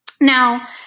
Now